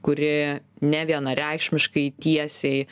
kuri nevienareikšmiškai tiesiai